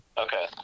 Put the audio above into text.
Okay